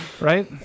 right